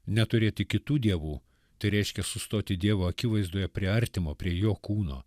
neturėti kitų dievų tai reiškia sustoti dievo akivaizdoje prie artimo prie jo kūno